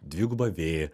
dvigubą v